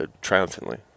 triumphantly